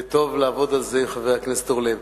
וטוב לעבוד על זה, חבר הכנסת אורלב.